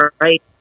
right